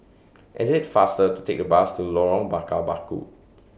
IT IS faster to Take The Bus to Lorong Bakar Batu